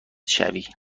شوی